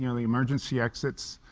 you know the emergency exits,